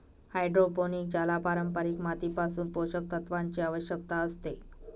hydroponic ज्याला पारंपारिक मातीपासून पोषक तत्वांची आवश्यकता असते